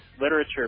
literature